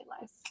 life